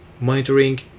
monitoring